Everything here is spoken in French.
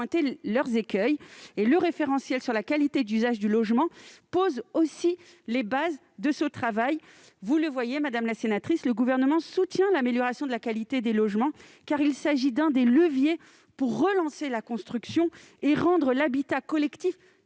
leurs écueils. Le référentiel sur la qualité d'usage du logement pose aussi les bases de ce travail. Vous le voyez, madame la sénatrice, le Gouvernement soutient l'amélioration de la qualité des logements, car il s'agit de l'un des leviers à actionner pour relancer la construction et rendre l'habitat collectif